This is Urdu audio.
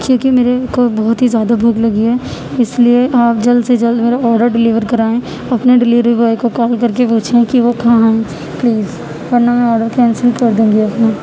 کیوںکہ میرے کو بہت ہی زیادہ بھوک لگی ہے اسی لیے آپ جلد سے جلد میرا آڈر ڈلیور کرائیں اپنے ڈلیوری بوائے کو کال کر کے پوچھیں کہ وہ کہا ہے پلیز ورنہ میں آڈر کینسل کر دوں گی اپنا